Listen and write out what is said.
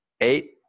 Eight